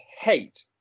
hate